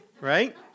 right